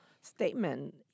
statement